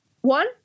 one